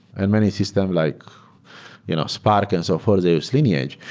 in many system like you know spark and so forth, they use lineage.